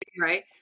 right